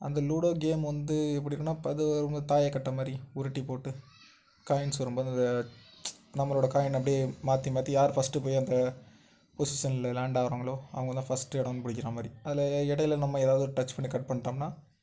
அந்த ludo game வந்து எப்படி இருக்குதுன்னா பது ஒரு மாதிரி தாயக்கட்டை மாதிரி உருட்டி போட்டு காயின்ஸ் வரும் போது அதை நம்மளோடய காயின் அப்டி மாற்றி மாற்றி யாரு ஃபஸ்ட்டு போய் அந்த பொஷிசனில் லேண்ட் ஆகிறாங்களோ அவங்க தான் ஃபஸ்ட்டு இடம்னு பிடிக்கிற மாதிரி அதில் எ இடைல நம்ம ஏதாவது ஒரு டச் பண்ணி கட் பண்ணிட்டோம்னா